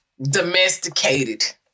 Domesticated